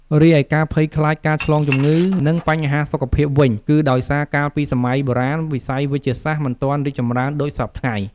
រីឯការភ័យខ្លាចការឆ្លងជំងឺ និងបញ្ហាសុខភាពវិញ គឺដោយសារកាលពីសម័យបុរាណ វិស័យវេជ្ជសាស្ត្រមិនទាន់រីកចម្រើនដូចសព្វថ្ងៃ។